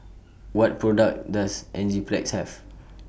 What products Does Enzyplex Have